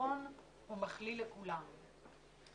לנכון ומכליל לכולם.